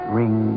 ring